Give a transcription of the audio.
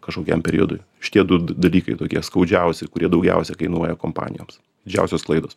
kažkokiam periodui šitie du dalykai tokie skaudžiausi kurie daugiausiai kainuoja kompanijoms didžiausios klaidos